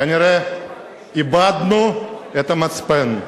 כנראה איבדנו את המצפן,